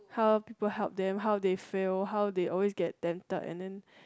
how people help them how they fail how they always get tempted and then